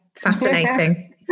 fascinating